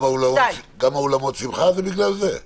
גם סגירת אולמות השמחה הם בגלל עניין פוליטי?